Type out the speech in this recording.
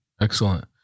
Excellent